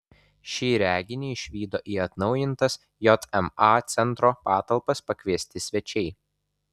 šį reginį išvydo į atnaujintas jma centro patalpas pakviesti svečiai